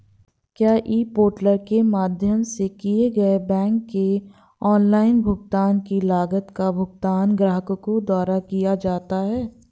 क्या e portal के माध्यम से किए गए बैंक के ऑनलाइन भुगतान की लागत का भुगतान ग्राहकों द्वारा किया जाता है?